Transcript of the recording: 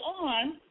on